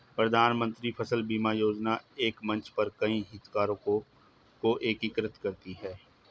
प्रधानमंत्री फसल बीमा योजना एक मंच पर कई हितधारकों को एकीकृत करती है